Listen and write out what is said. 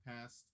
past